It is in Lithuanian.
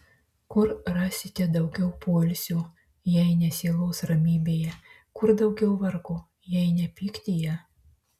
kur rasite daugiau poilsio jei ne sielos ramybėje kur daugiau vargo jei ne pyktyje